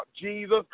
Jesus